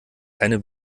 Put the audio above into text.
keine